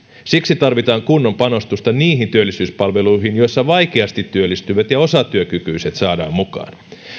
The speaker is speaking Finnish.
siksi tarvitaan kunnon panostusta niihin työllisyyspalveluihin joissa vaikeasti työllistyvät ja osatyökykyiset saadaan mukaan